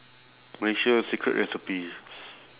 malaysia secret recipe